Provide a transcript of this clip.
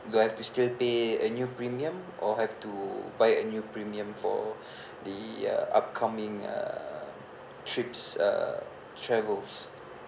do I have to still pay a new premium or have to buy a new premium for the uh upcoming uh trips uh travels